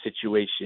situation